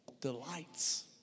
delights